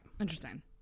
Interesting